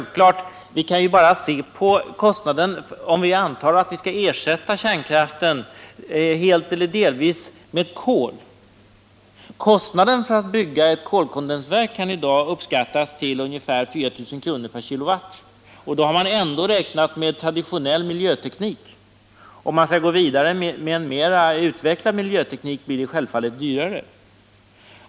Vi kan bara se på kostnaden om vi antar att vi skall ersätta kärnkraft helt eller delvis med kol. Kostnaden för att bygga ett kolkondensverk kan i dag uppskattas till ungefär 4 000 kr./kW — och då har man ändå räknat med traditionell miljöteknik. Om man skall gå vidare med en mer utvecklad miljöteknik blir det självfallet dyrare.